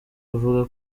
avuga